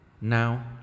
Now